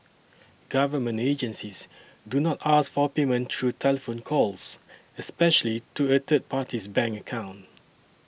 government agencies do not ask for payment through telephone calls especially to a third party's bank account